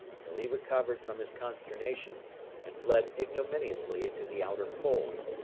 till he recovered from his consternation and fled ignominiously into the outer cold.